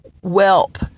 whelp